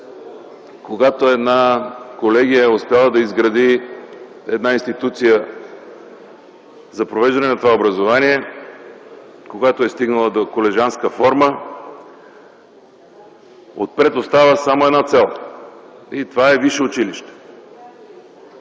когато една колегия е успяла да изгради една институция за провеждане на това образование, когато е стигнала до колежанска форма, отпред остава само една цел и това е висше училище.